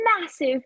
massive